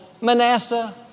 Manasseh